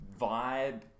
vibe